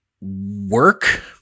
work